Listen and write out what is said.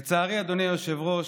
לצערי, אדוני היושב-ראש,